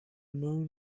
moon